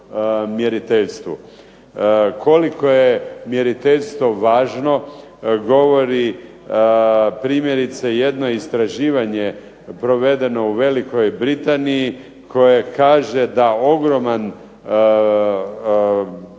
mjeriteljstvu. Koliko je mjeriteljstvo važno govori primjerice jedno istraživanje provedeno u Velikoj Britaniji koje kaže da ogroman